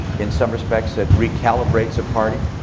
in some respects, that recalibrates a party.